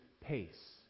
pace